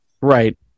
Right